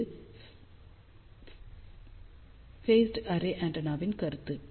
இது phased array ஆண்டெனாவின் கருத்து